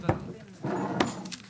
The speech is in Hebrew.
הישיבה ננעלה בשעה